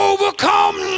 overcome